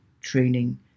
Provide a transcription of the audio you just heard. training